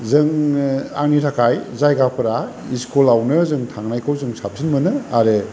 जोङो आंनि थाखाय जायगाफोरा इसकुलावनो जों थांनायखौ जों साबसिन मोनो आरो